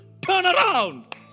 turnaround